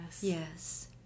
Yes